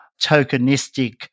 tokenistic